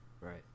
right